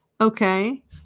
okay